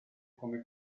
come